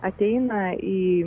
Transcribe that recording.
ateina į